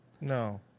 No